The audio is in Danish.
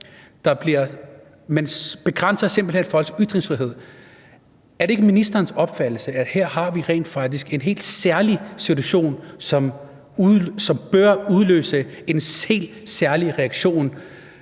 man begrænser simpelt hen folks ytringsfrihed. Er det ikke ministerens opfattelse, at vi her rent faktisk har en helt særlig situation, som bør udløse en helt særlig reaktion